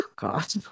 God